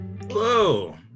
Hello